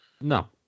No